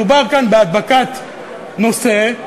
מדובר כאן בהדבקת נושא,